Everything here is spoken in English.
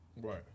Right